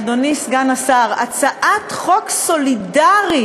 אדוני סגן השר, הצעת חוק סולידרית.